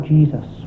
Jesus